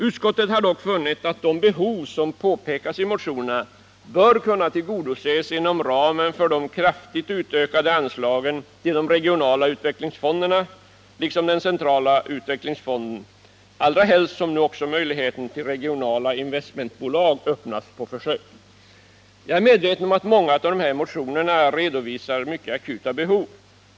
Utskottet har dock funnit att de behov som påpekas i motionerna bör kunna tillgodoses inom ramen för de kraftigt utökade anslagen till de regionala utvecklinzsfonderna liksom den centrala utvecklingsfonden, allra helst som nu också möjligheten till regionala investmentbolag öppnas på försök. Jag är medveten om att det i många av dessa motioner redovisas mycket akuta behov.